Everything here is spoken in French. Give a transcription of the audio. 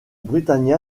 britannia